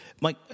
Mike